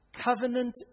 covenant